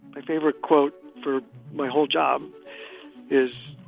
my favorite quote for my whole job is.